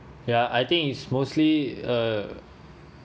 ya I think it's mostly uh